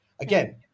Again